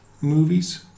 movies